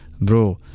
Bro